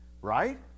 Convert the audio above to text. Right